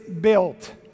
built